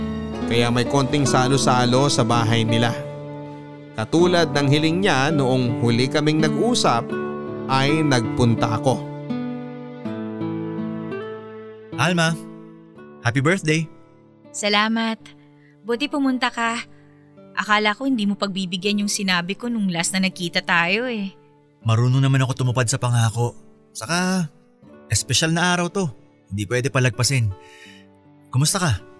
Kaya may konting salo-salo sa bahay nila. Katulad ng hiling niya noong huli kaming nag-usap, ay nagpunta ako. Alma, happy birthday. Salamat. Buti pumunta ka. Akala ko hindi mo pagbibigyan yung sinabi ko nung last na nagkita tayo eh. Marunong naman ako tumupad sa pangako. Saka, espesyal na araw to. Hindi pwede palagpasin. Kumusta ka?